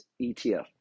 ETF